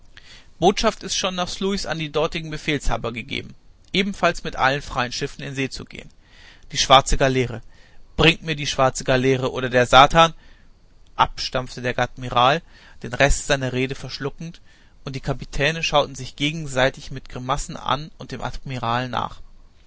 botschaft ist schon nach sluis an die dortigen befehlshaber gegeben ebenfalls mit allen freien schiffen in see zu gehen die schwarze galeere bringt mir die schwarze galeere oder der satan ab stapfte der admiral den rest seiner rede verschluckend und die kapitäne schauten sich gegenseitig mit grimassen an und dem admiral nach